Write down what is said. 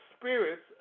spirits